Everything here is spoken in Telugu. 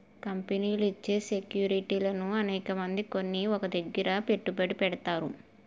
కంపెనీలు ఇచ్చే సెక్యూరిటీలను అనేకమంది కొని ఒక దగ్గర పెట్టుబడి పెడతారు